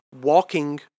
walking